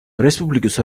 რესპუბლიკის